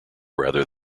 rather